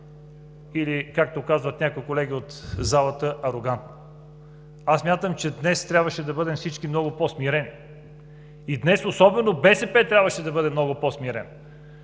или както казват някои колеги от залата, арогантно. Смятам, че днес всички трябваше да бъдем много по-смирени. Днес особено БСП трябваше да бъде много по-смирена,